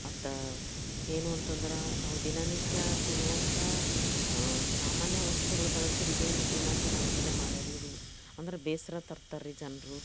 ಮತ್ತು ಏನು ಅಂತಂದ್ರೆ ನಾವು ದಿನನಿತ್ಯ ತಿನ್ನುವಂಥ ಸಾಮಾನ್ಯ ವಸ್ತುಗಳು ಬಳಸ್ದ್ರೆ ಇದೇನು ದಿನಾ ತಿನ್ನುವಂಥದ್ದೇ ಮಾಡ್ಯಾರಿವರು ಅಂದ್ರೆ ಬೇಸರ ತರ್ತರ್ರೀ ಜನರು